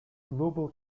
global